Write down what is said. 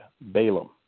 Balaam